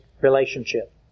relationship